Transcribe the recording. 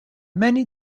many